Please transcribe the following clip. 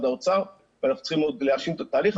האוצר ואנחנו צריכים עוד להכין את התהליך,